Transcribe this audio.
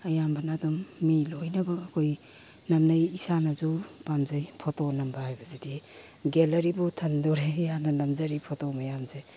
ꯑꯌꯥꯝꯕꯅ ꯑꯗꯨꯝ ꯃꯤ ꯂꯣꯏꯅꯃꯛ ꯑꯩꯈꯣꯏ ꯅꯝꯅꯩ ꯏꯁꯥꯅꯁꯨ ꯄꯥꯝꯖꯩ ꯐꯣꯇꯣ ꯅꯝꯕ ꯍꯥꯏꯕꯁꯤꯗꯤ ꯒꯦꯂꯥꯔꯤꯕꯨ ꯊꯟꯗꯣꯔꯦ ꯑꯩꯌꯥꯛꯅ ꯅꯝꯖꯔꯤ ꯐꯣꯇꯣ ꯃꯌꯥꯝꯁꯦ